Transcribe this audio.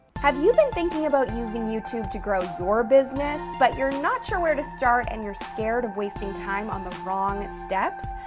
have you been thinking about using youtube to grow your business but you're not sure where to start and you're scared of wasting time on the wrong steps?